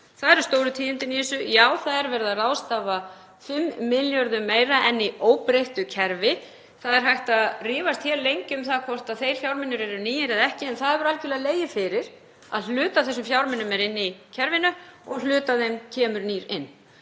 Það eru stóru tíðindin í þessu. Já, það er verið að ráðstafa 5 milljörðum meira en í óbreyttu kerfi. Það er hægt að rífast hér lengi um það hvort þeir fjármunir eru nýir eða ekki, en það hefur algjörlega legið fyrir að hluti af þessum fjármunum er inni í kerfinu og hluti af þeim kemur nýr inn